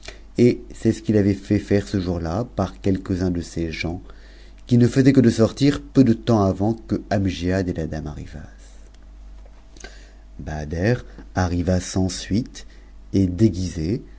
et c'est ce avait fait faire ce jour-là par quelques-uns de ses gens qui ne faisaient ne de sortir peu de temps avant que amgiad et la dame arrivassent bahajer arriva sans suite et déguise